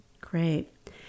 Great